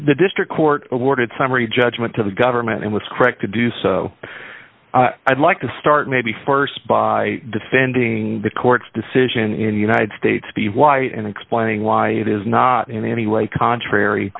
the district court awarded summary judgment to the government it was correct to do so i'd like to start maybe st by defending the court's decision in the united states p y and explaining why it is not in any way contrary